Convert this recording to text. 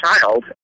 child